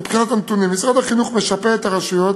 מבחינת הנתונים: משרד החינוך משפה את הרשויות